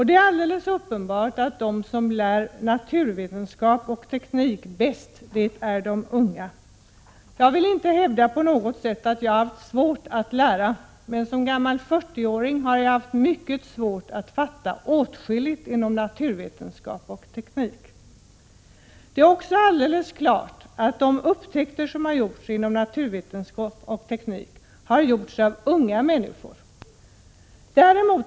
Det är alldeles uppenbart att de som lär naturvetenskap och teknik bäst, det är de unga. Jag vill inte på något sätt hävda att jag har haft svårt att lära, men som gammal 40-åring har jag haft mycket svårt att fatta åtskilligt inom naturvetenskap och teknik. Det är också alldeles klart att de upptäckter som har gjorts inom naturvetenskap och teknik har gjorts av unga människor.